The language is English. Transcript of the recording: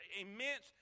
immense